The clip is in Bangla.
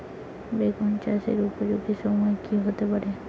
বেগুন চাষের উপযোগী সময় কি হতে পারে?